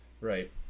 Right